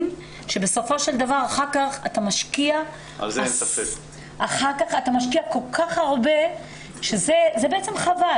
שבסופו של דבר אחר כך אתה משקיע כל כך הרבה וזה חבל.